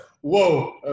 Whoa